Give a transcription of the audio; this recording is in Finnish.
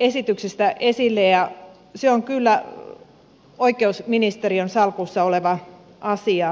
esityksistä esille ja se on kyllä oikeusministeriön salkussa oleva asia